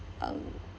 um